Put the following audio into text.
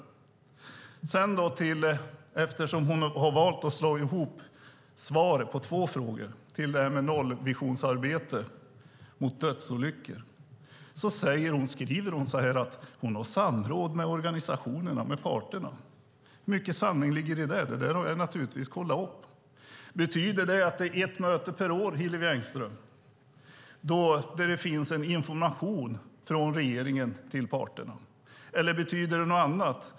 Eftersom Hillevi Engström har valt att slå ihop svaret på två frågor går jag nu över till nollvisionsarbetet mot dödsolyckor. Hillevi Engström säger att hon har samråd med organisationerna och parterna. Hur mycket sanning ligger det i detta? Det har jag naturligtvis kollat upp. Betyder det att det är ett möte per år, Hillevi Engström, då det finns information från regeringen till parterna? Eller betyder det något annat?